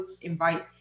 invite